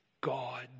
God